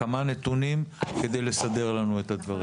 כמה נתונים כדי לסדר לנו את הדברים.